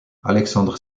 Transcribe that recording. alexandre